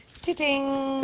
ta-ting.